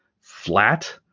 flat